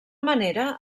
manera